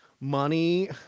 money